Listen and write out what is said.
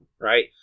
right